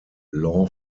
law